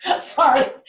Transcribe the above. sorry